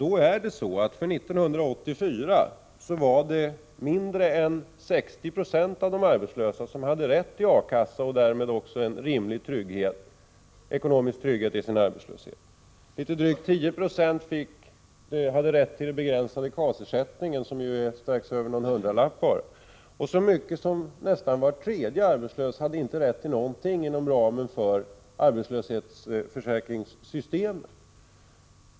År 1984 var det mindre än 60 Z6 av de arbetslösa som hade rätt till ersättning från A-kassa och därmed hade en rimlig ekonomisk trygghet i sin arbetslöshet. Drygt 10 96 hade rätt till den begränsade KAS-ersättningen, som bara uppgår till drygt en hundralapp. Så mycket som nästan var tredje arbetslös hade inte rätt till någon ersättning inom ramen för arbetslöshetsförsäkringssystemet.